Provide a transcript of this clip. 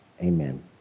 Amen